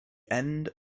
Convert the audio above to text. end